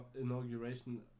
inauguration